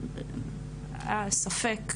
היה ספק,